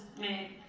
made